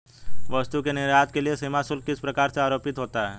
वस्तु के निर्यात के लिए सीमा शुल्क किस प्रकार से आरोपित होता है?